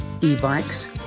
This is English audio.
e-bikes